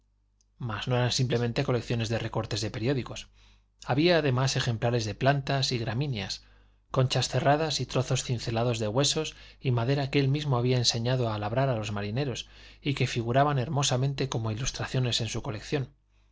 no eran simplemente colecciones de recortes de periódicos había además ejemplares de plantas y gramíneas conchas cerradas y trozos cincelados de huesos y madera que él mismo había enseñado a labrar a los marineros y que figuraban hermosamente como ilustraciones en su colección